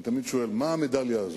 אני תמיד שואל: מה המדליה הזאת?